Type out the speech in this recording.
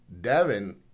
Devin